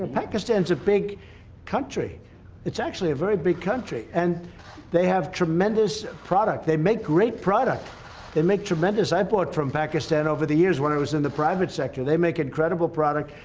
pakistan is a big country it's actually a very big country and they have tremendous product. they make great product they make tremendous i bought from pakistan over the years when i was in the private sector they make incredible product.